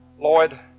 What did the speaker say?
Lloyd